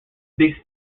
big